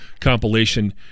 compilation